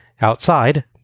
Outside